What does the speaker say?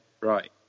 right